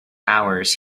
hours